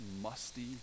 musty